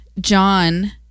John